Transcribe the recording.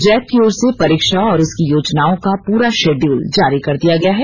Jack की ओर से परीक्षा और उसकी योजनाओं का पूरा शेड्यूल जारी कर दिया गया है